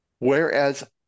Whereas